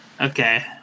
Okay